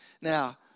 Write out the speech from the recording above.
Now